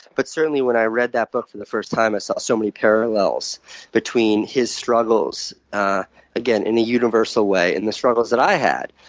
but certainly when i read that book for the first time, i saw so many parallels between his struggles again, in a universal way and the struggles that i had.